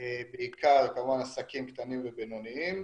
בעיקר כמובן עסקים קטנים ובינוניים.